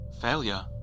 failure